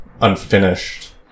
unfinished